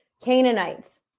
Canaanites